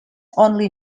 only